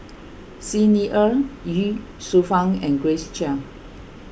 Xi Ni Er Ye Shufang and Grace Chia